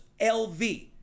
LV